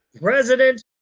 president